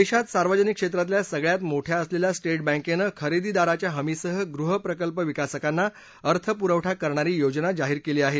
देशात सार्वजनिक क्षेत्रातल्या सगळयात मोठ्या असलेल्या साधवँकेनं खरेदीदाराच्या हमीसह गृहप्रकल्प विकासकांना अर्थ पुरवठा करणारी योजना जाहीर केली आहे